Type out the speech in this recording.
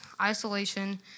isolation